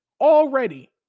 already